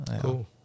Cool